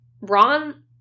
Ron